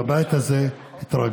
אנחנו בבית הזה התרגלנו,